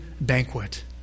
banquet